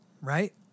right